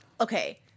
okay